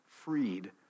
freed